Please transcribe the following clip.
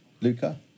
Luca